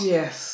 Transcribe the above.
Yes